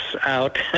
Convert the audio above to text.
out